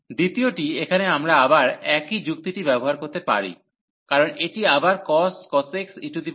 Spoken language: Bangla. দ্বিতীয়টি এখানে আমরা আবার একই যুক্তিটি ব্যবহার করতে পারি কারণ এটি আবার cos x e xx2